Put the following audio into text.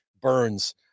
burns